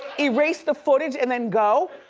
erase the footage and then go?